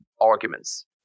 arguments